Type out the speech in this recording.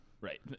Right